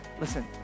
Listen